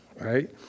right